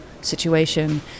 situation